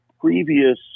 previous